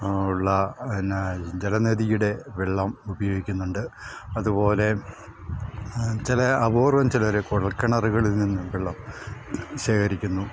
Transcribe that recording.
ഉള്ള പിന്നെ ജലനിധിയുടെ വെള്ളം ഉപയോഗിക്കുന്നുണ്ട് അതുപോലെ ചില അപൂർവ്വം ചിലർ കുഴൽക്കിണറുകളിൽ നിന്നും വെള്ളം ശേഖരിക്കുന്നു